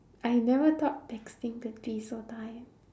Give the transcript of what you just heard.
I never thought texting could be so tiring